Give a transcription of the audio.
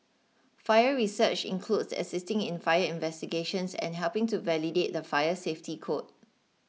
fire research includes assisting in fire investigations and helping to validate the fire safety code